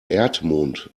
erdmond